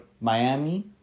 Miami